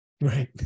Right